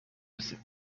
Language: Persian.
رسید